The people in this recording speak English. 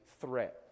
threat